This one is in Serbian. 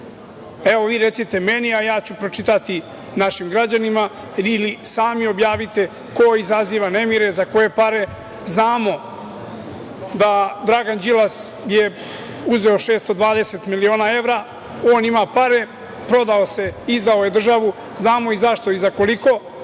Evo, vi recite meni, a ja ću pročitati našim građanima, ili sami objavite ko izaziva nemire i za koje pare. Znamo da je Dragan Đilas uzeo 620 miliona evra, on ima pare, prodao se, izdao je državu, znamo i zašto i za koliko,